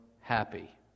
happy